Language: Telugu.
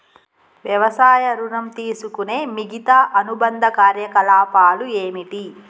వ్యవసాయ ఋణం తీసుకునే మిగితా అనుబంధ కార్యకలాపాలు ఏమిటి?